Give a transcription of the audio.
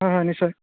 হয় হয় নিশ্চয়